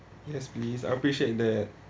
yes please I appreciate that